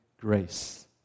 grace